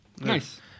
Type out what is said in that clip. Nice